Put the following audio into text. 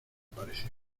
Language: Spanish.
pareció